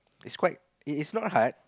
it's quite it is not hard